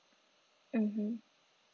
mmhmm